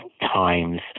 times